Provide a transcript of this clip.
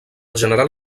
general